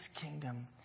kingdom